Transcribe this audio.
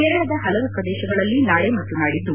ಕೇರಳದ ಹಲವು ಪ್ರದೇಶಗಳಲ್ಲಿ ನಾಳೆ ಮತ್ತು ನಾಡಿದ್ದು